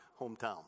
hometown